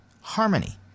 harmony